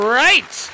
right